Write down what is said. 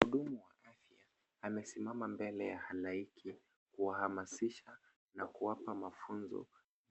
Mhudumu wa afya amesimama mbele ya halaiki kuhamasisha na kuwapa mafunzo